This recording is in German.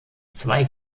zwei